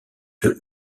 deux